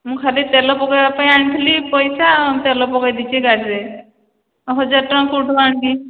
ମୁଁ ଖାଲି ତେଲ ପକେଇବା ପାଇଁ ଆଣିଥିଲି ପଇସା ତେଲ ପକେଇ ଦେଇଛି ଗାଡ଼ିରେ ହଜାର ଟଙ୍କା କେଉଁଠୁ ଆଣିବି